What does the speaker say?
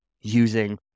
using